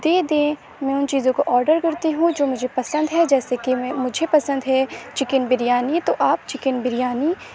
دے دیں میں ان چیزوں کو آڈر کرتی ہوں جو مجھے پسند ہے جیسے کہ میں مجھے پسند ہے چکن بریانی تو آپ چکن بریانی